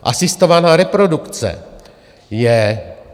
Asistovaná reprodukce je...